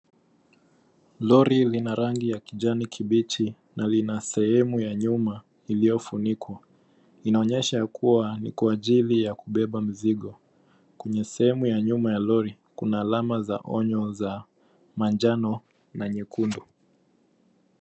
Lori lina rangi ya kijani kibichi, na lina sehemu ya nyuma iliyofunikwa. Inaonyesha kuwa ni kwa ajili ya kubeba mizigo. Kwenye sehemu ya nyuma ya lori, kuna alama za onyo za majano na nyekundu.